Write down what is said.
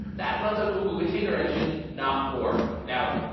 that runs google container engine, not borg. now,